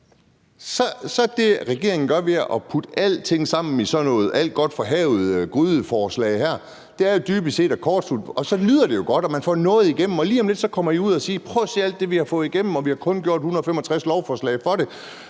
er det, regeringen gør ved at putte alting sammen i sådan et alt godt fra havet-gryde-forslag her, dybest set at kortslutte det. Det lyder jo så godt, og man får noget igennem, og lige om lidt kommer I ud og siger: Prøv at se alt det, vi har fået igennem, og vi har ikke gjort meget for det,